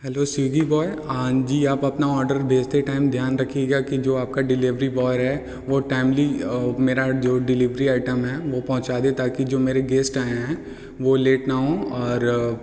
hello Swiggy boy हाँ जी आप अपना ऑर्डर भेजते टाइम ध्यान रखिएगा कि जो आपका डिलेवरी बॉयर है वो टाइमली मेरा जो डिलीवरी आइटम है वो पहुँचा दे ताकि जो मेरे गेस्ट आएँ हैं वो लेट ना हों और